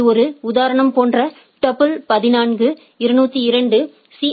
இது ஒரு உதாரணம் போன்ற டூப்பிள் 14 202 சி